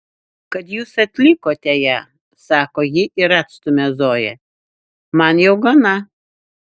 kad jūs atlikote ją sako ji ir atstumia zoją man jau gana